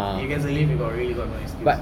if there's a lift you really got really no excuse ah